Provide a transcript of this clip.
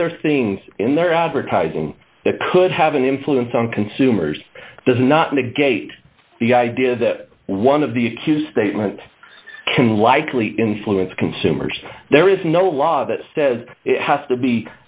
other things in their advertising that could have an influence on consumers does not negate the idea that one of the accused statement can likely influence consumers there is no law that says it has to be